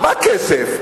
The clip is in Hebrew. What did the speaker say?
מה כסף?